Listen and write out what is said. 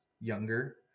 younger